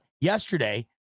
yesterday